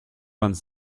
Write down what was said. vingt